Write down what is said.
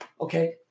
okay